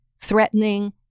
threatening